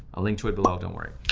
i'll link to it below, don't worry.